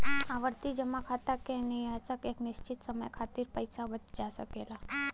आवर्ती जमा खाता में निवेशक एक निश्चित समय खातिर पइसा बचा सकला